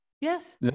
Yes